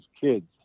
kids